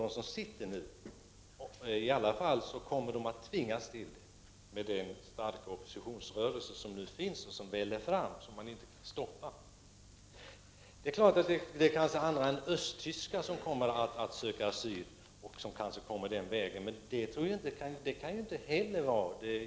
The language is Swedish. Om inte viljan finns kommer makthavarna ändå att bli tvingade att delta i denna process med tanke på den starka oppositionsrörelse som nu finns, som väller fram och som inte går att stoppa. Det är klart att östtyskar kan komma att söka asyl här. Men det kan ju inte vara något problem.